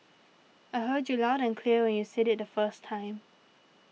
I heard you loud and clear when you said it the first time